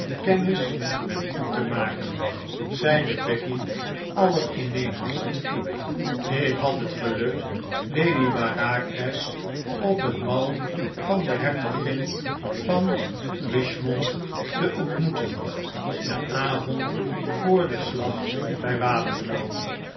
kennis met u te maken zeide becky allerinnemendst ik had het geluk lady bareacres op het bal van de hertogin van richmond te ontmoeten den avond voor den slag bij waterloo